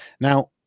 Now